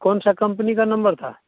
कौन सा कम्पनी का नंबर था